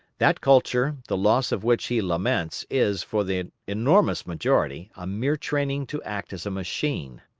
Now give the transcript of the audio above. that culture, the loss of which he laments, is, for the enormous majority, a mere training to act as a machine.